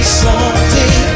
someday